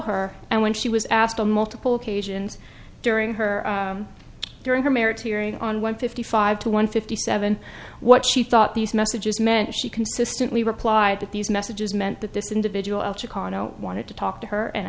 her and when she was asked on multiple occasions during her during her marriage hearing on one fifty five to one fifty seven what she thought these messages meant she consistently replied that these messages meant that this individual chicano wanted to talk to her and